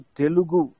telugu